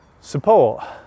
support